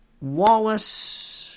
Wallace